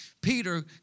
Peter